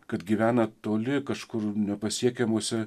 kad gyvena toli kažkur nepasiekiamose